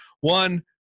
one